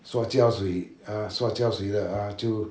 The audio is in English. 刷胶水 ah 刷胶水了 ah 就